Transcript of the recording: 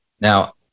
Now